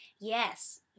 Yes